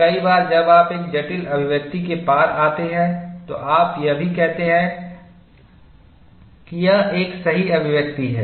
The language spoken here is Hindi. कई बार जब आप एक जटिल अभिव्यक्ति के पार आते हैं तो आप यह भी कहते हैं कि यह एक सही अभिव्यक्ति है